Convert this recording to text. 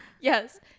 Yes